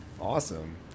Awesome